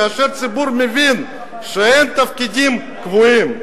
כאשר הציבור מבין שאין תפקידים קבועים",